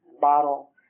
bottle